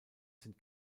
sind